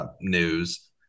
news